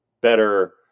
better